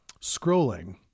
scrolling